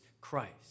Christ